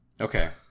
okay